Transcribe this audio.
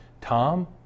Tom